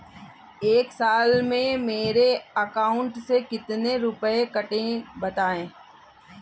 एक साल में मेरे अकाउंट से कितने रुपये कटेंगे बताएँ?